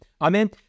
Amen